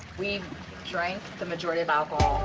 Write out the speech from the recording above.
we drank the majority of alcohol.